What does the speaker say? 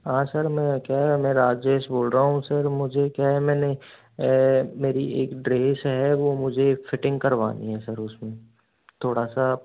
हाँ सर मैं क्या है मैं राजेश बोल रहा हूँ सर मुझे क्या है मैंने मेरी एक ड्रेस है वो मुझे फिटिंग करवानी है सर उसमें थोड़ा सा